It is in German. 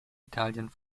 italien